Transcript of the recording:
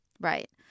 right